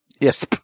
Yes